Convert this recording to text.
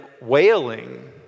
wailing